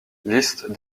liste